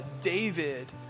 David